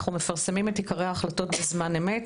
אנחנו מפרסמים את עיקרי ההחלטות בזמן אמת,